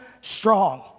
strong